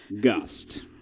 gust